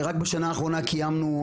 רק בשנה האחרונה קיימנו,